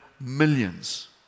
millions